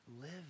live